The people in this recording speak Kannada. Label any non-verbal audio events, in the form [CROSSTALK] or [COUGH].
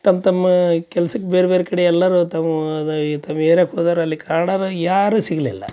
ತಮ್ಮ ತಮ್ಮ ಕೆಲ್ಸಕ್ಕೆ ಬೇರೆ ಬೇರೆ ಕಡೆ ಎಲ್ಲರೂ [UNINTELLIGIBLE] ತಮ್ಮ ಏರಿಯಾಕ್ಕೆ ಹೋದರ್ ಅಲ್ಲಿ ಕನ್ನಡನ ಯಾರೂ ಸಿಗಲಿಲ್ಲ